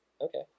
Okay